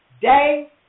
day